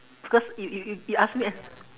because you you you you ask me and